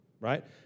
right